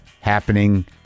happening